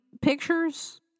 pictures